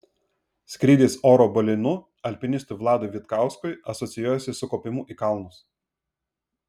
skrydis oro balionu alpinistui vladui vitkauskui asocijuojasi su kopimu į kalnus